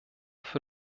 für